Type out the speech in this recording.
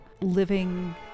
living